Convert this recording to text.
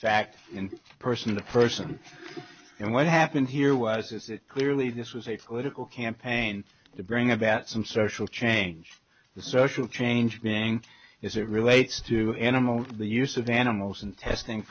fact in person to person and what happened here was it clearly this was a political campaign to bring about some social change the social change being is it relates to animals the use of animals and testing